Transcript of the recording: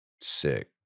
Sick